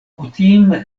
kutime